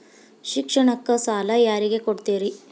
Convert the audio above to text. ಶಿಕ್ಷಣಕ್ಕ ಸಾಲ ಯಾರಿಗೆ ಕೊಡ್ತೇರಿ?